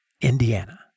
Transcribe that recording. Indiana